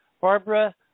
Barbara